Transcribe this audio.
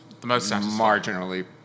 marginally